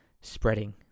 spreading